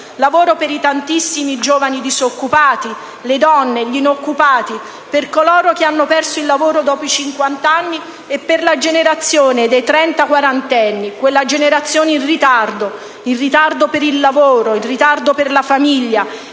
lavoro per i tantissimi giovani disoccupati, le donne, gli inoccupati, per coloro che hanno perso il lavoro dopo i cinquanta anni e per la generazione dei trenta-quarantenni, quella generazione in ritardo: in ritardo per il lavoro e per la famiglia;